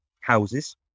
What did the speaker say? houses